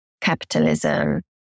capitalism